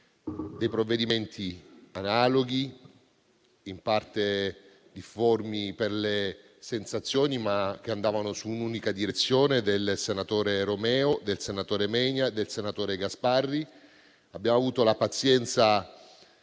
dei provvedimenti analoghi, in parte difformi per le sensazioni, ma che andavano in un'unica direzione, dei senatori Romeo, Menia e Gasparri. Abbiamo avuto la pazienza